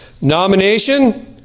Nomination